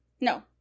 No